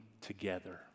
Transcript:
together